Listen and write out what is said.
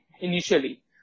initially